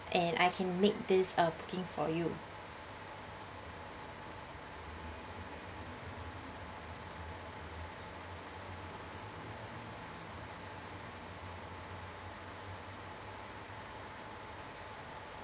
and I can make this uh booking for you